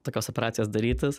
tokios operacijos darytis